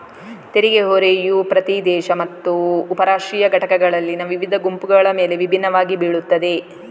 ತೆರಿಗೆ ಹೊರೆಯು ಪ್ರತಿ ದೇಶ ಮತ್ತು ಉಪ ರಾಷ್ಟ್ರೀಯ ಘಟಕಗಳಲ್ಲಿನ ವಿವಿಧ ಗುಂಪುಗಳ ಮೇಲೆ ವಿಭಿನ್ನವಾಗಿ ಬೀಳುತ್ತದೆ